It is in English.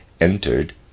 entered